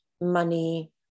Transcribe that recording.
money